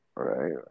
Right